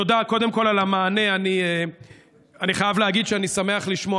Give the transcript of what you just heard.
תודה על המענה, קודם כול.